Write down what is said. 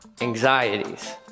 anxieties